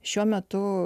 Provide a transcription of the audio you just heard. šiuo metu